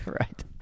Right